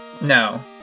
No